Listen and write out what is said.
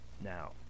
Now